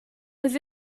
was